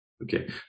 Okay